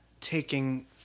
taking